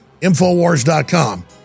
Infowars.com